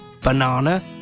banana